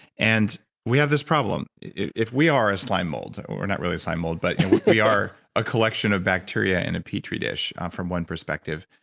and we have this problem. if we are a slime mold. we're not really a slime mold, but we are a collection of bacteria in a petri dish, from one perspective.